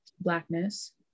blackness